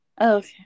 Okay